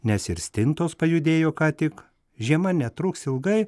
nes ir stintos pajudėjo ką tik žiema netruks ilgai